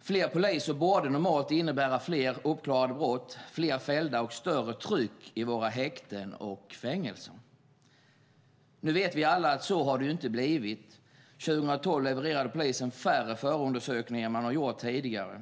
Fler poliser borde normalt innebära fler uppklarade brott, fler fällda och större tryck på våra häkten och fängelser. Nu vet vi alla att det inte har blivit så. År 2012 levererade polisen färre förundersökningar än man gjort tidigare.